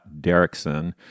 Derrickson